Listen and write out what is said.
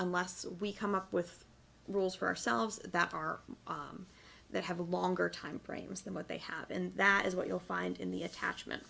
unless we come up with rules for ourselves that are that have a longer time frames than what they have and that is what you'll find in the attachment